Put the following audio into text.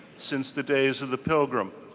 since the days of the pilgrim?